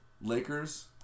Lakers